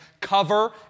cover